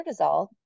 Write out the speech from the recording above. cortisol